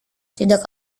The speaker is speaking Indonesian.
tidak